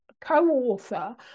co-author